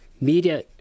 media